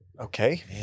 Okay